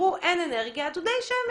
אמרו שאין אנרגיה, אז יהיו דודי שמש.